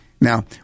Now